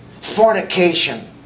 fornication